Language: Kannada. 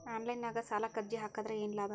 ಆನ್ಲೈನ್ ನಾಗ್ ಸಾಲಕ್ ಅರ್ಜಿ ಹಾಕದ್ರ ಏನು ಲಾಭ?